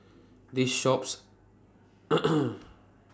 This shops